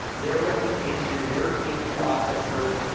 their reputation, their payment processes,